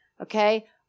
Okay